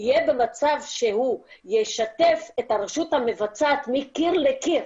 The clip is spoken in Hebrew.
יהיה במצב שהוא ישתף את הרשות המבצעת מקיר לקיר